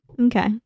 Okay